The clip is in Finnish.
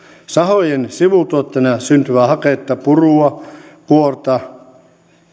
sahojen sivutuotteena syntyvää haketta purua ja kuorta